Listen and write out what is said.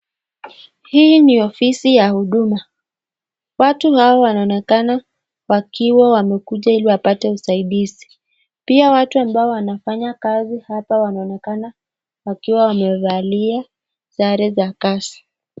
Hii ni ofisi ya huduma. Watu hawa wanaonekana wakiwa wamekuja ili wapate usaindizi. Pia watu ambao wanafanya kazi hapa wanaonekana wakiwa wamevalia sare za kazi.